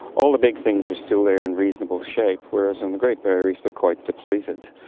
all the big things are still there in reasonable shape, whereas in the great barrier reef they're quite depleted.